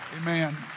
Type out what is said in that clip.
Amen